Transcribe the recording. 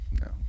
No